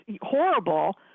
horrible